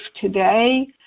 today